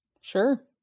Sure